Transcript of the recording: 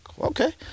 okay